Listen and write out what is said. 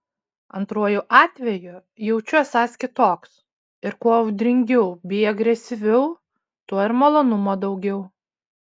antruoju atveju jaučiu esąs kitoks ir kuo audringiau bei agresyviau tuo ir malonumo daugiau